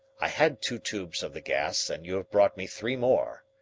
i had two tubes of the gas and you have brought me three more.